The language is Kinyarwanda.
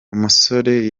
umusore